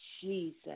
Jesus